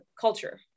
culture